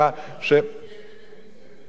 שתהיה טלוויזיה.